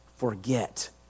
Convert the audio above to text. Forget